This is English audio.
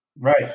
Right